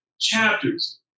chapters